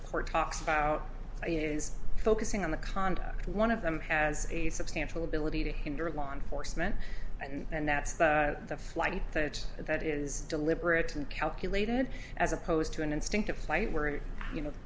the court talks about is focusing on the conduct one of them has a substantial ability to hinder law enforcement and that's the flight that that is deliberate and calculated as opposed to an instinctive flight where if you know the